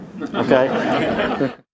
Okay